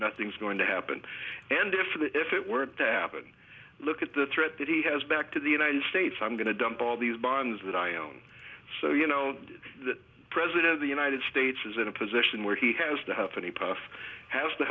nothing's going to happen and if the if it were to happen look at the threat that he has back to the united states i'm going to dump all these bonds that i own so you know the president of the united states is in a position where he has to have any puff has to